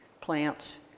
plants